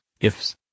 IFS